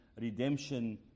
redemption